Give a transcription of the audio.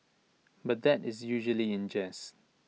but that is usually in jest